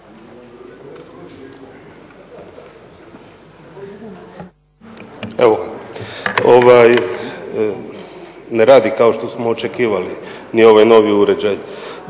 DI)** Ne radi kao što smo očekivali ni ovaj novi uređaj.